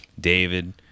David